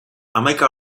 hamaika